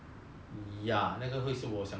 ya 那个会是我想要的